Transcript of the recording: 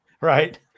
Right